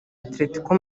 atletico